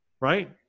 right